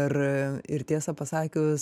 ir ir tiesą pasakius